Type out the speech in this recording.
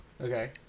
Okay